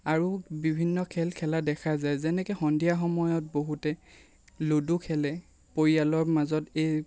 আৰু বিভিন্ন খেল খেলা দেখা যায় যেনেকে সন্ধিয়া সময়ত বহুতে লুডু খেলে পৰিয়ালৰ মাজত